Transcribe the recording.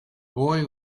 boy